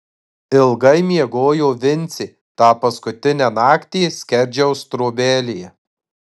ilgai miegojo vincė tą paskutinę naktį skerdžiaus trobelėje